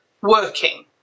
working